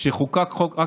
דרך אגב, כל טכנולוגיה?